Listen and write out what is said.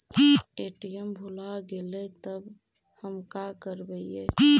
ATM भुला गेलय तब हम काकरवय?